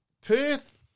Perth